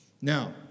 Now